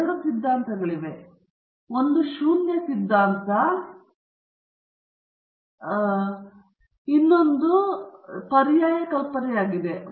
ಎರಡು ಸಿದ್ಧಾಂತಗಳಿವೆ ಒಂದು ಶೂನ್ಯ ಸಿದ್ಧಾಂತ ಮತ್ತು ಇನ್ನೊಂದು ಪರ್ಯಾಯ ಕಲ್ಪನೆಯಾಗಿದೆ